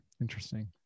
interesting